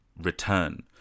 return